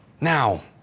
Now